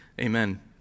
Amen